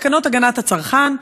תקנות הגנת הצרכן,